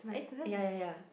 eh ya ya ya